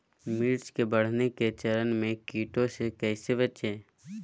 मिर्च के बढ़ने के चरण में कीटों से कैसे बचये?